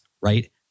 right